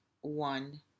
one